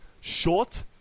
short